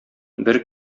бер